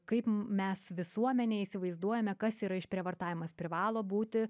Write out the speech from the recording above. kaip mes visuomenė įsivaizduojame kas yra išprievartavimas privalo būti